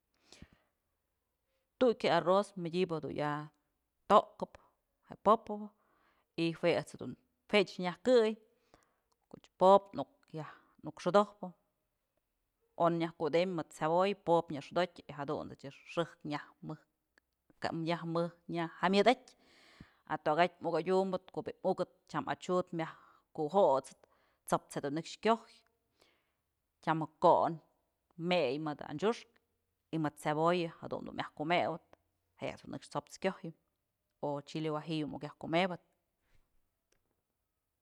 Tukyë arroz mëdyëbë du'u ya to'okëp je'e po'opë y juëch nyajkëy kuch po'op nuk xëdojpë on nyaj kudëm mëdë cebolla po'op nya xodotyë y jadun je'e xëjk nyaj mëjk ka'a nyaj mëjk nyaj jëmyëdatyë a tokatyë muk adyumbët ko'o bi'i mukëo tyam achyud myaj kujosëp t'saps jedun nëkx kyojyë tyam je'e kon mey mëdë anchyuxkë y mëd cebolla jadun myaj kumëwëp je'e dun nëkx t'saps kyojyëm o chile guajillo muk yaj kumëbëp.